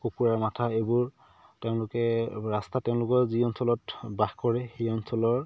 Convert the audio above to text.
কুকুৰাৰ মাথা সেইবোৰ তেওঁলোকে ৰাস্তাত তেওঁলোকৰ যি অঞ্চলত বাস কৰে সেই অঞ্চলৰ